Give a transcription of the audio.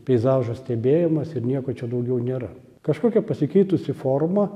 peizažo stebėjimas ir nieko čia daugiau nėra kažkokia pasikeitusi forma